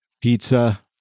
Pizza